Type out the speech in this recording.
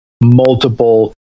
multiple